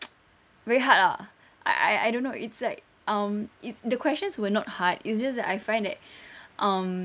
very hard ah I I don't know it's like um it's the questions were not hard it's just that I find that um